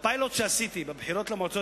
שהפיילוט שעשיתי בבחירות למועצות